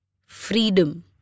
Freedom